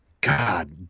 God